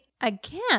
again